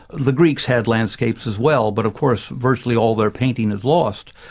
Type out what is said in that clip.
the greeks had landscapes as well but of course virtually all their painting is lost.